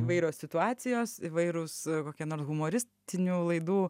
įvairios situacijos įvairūs kokie nors humoristinių laidų